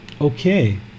Okay